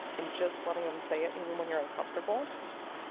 and just letting them say it, even when you're uncomfortable.